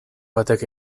batek